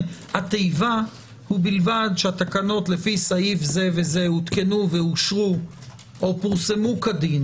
התיבה: ובלבד שהתקנות לפי סעיף זה וזה הותקנו ואושרו או פורסמו כדין